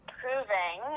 proving